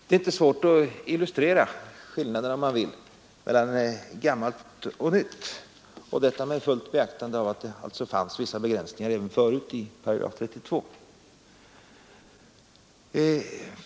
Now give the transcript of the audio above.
Det är inte svårt att illustrera skillnaden, om man vill, mellan gammalt och nytt, och detta med fullt beaktande av att det alltså fanns vissa begränsningar även förut i 8 32.